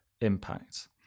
impact